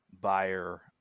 buyer